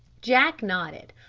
jack nodded.